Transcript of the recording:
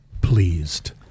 pleased